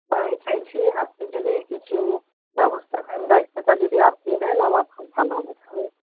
আমি চাইছি আপনি যদি কিছু ব্যবস্থা করেন দায়িত্বটা যদি আপনি নেন আমার খুব ভালো হবে